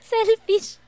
Selfish